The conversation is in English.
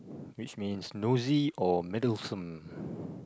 which means nosy or meddlesome